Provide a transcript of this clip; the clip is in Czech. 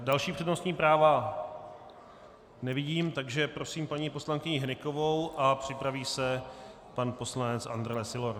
Další přednostní práva nevidím, takže prosím paní poslankyni Hnykovou a připraví se pan poslanec Andrle Sylor.